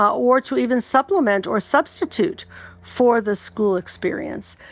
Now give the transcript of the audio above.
or to even supplement or substitute for the school experience.